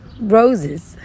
roses